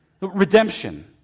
Redemption